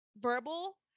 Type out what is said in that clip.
verbal